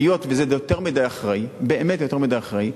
היות שזה יותר מדי אחראי, באמת יותר מדי אחראי,